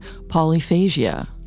polyphagia